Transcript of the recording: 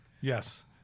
Yes